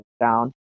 down